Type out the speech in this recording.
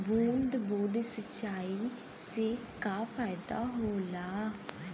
बूंद बूंद सिंचाई से का फायदा होला?